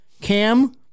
Cam